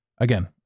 Again